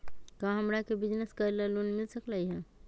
का हमरा के बिजनेस करेला लोन मिल सकलई ह?